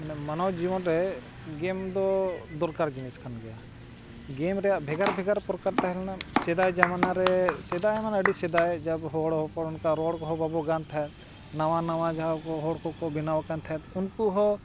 ᱢᱟᱱᱮ ᱢᱟᱱᱣᱟ ᱡᱤᱵᱚᱱ ᱨᱮ ᱜᱮᱢ ᱫᱚ ᱫᱚᱨᱠᱟᱨ ᱡᱤᱱᱤᱥ ᱠᱟᱱ ᱜᱮᱭᱟ ᱜᱮᱢ ᱨᱮᱱᱟᱜ ᱵᱷᱮᱜᱟᱨ ᱵᱷᱮᱜᱟᱨ ᱯᱨᱚᱠᱟᱨ ᱛᱟᱦᱮᱸ ᱞᱮᱱᱟ ᱥᱮᱫᱟᱭ ᱡᱟᱢᱟᱱᱟ ᱨᱮ ᱥᱮᱫᱟᱭ ᱢᱟ ᱟᱹᱰᱤ ᱥᱮᱫᱟᱭ ᱡᱟᱵᱽ ᱦᱚᱲ ᱠᱚᱦᱚᱸ ᱚᱱᱠᱟ ᱨᱚᱲ ᱠᱚᱦᱚᱸ ᱵᱟᱵᱚᱱ ᱜᱟᱱ ᱛᱟᱦᱮᱸᱫ ᱱᱟᱣᱟ ᱱᱟᱣᱟ ᱡᱟᱦᱟᱸ ᱠᱚ ᱦᱚᱲ ᱠᱚᱠᱚ ᱵᱮᱱᱟᱣ ᱠᱟᱱ ᱛᱟᱦᱮᱸᱫ ᱩᱱᱠᱩ ᱦᱚᱸ